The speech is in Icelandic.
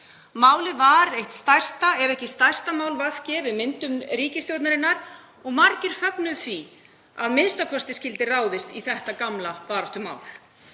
Málið var eitt stærsta, ef ekki stærsta mál VG við myndun ríkisstjórnarinnar og margir fögnuðu því að að minnsta kosti skyldi ráðist í þetta gamla baráttumál.